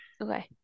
Okay